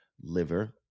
liver